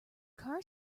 car